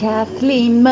Kathleen